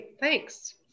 thanks